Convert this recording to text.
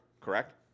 correct